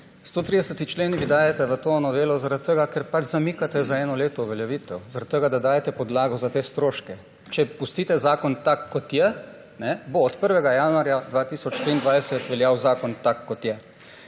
130. člen dajete v to novelo zaradi tega, ker zamikate za eno leto uveljavitev, da dajete podlago za te stroške. Če pustite zakon tak, kot je, bo od prvega januarja 2023 veljal zakon tak, kot je.